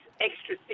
extra